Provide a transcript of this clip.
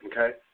okay